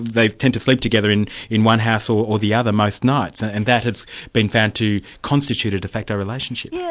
they tend to sleep together in in one house so or the other most nights. and and that has been found to constitute a de facto relationship. yeah